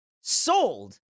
sold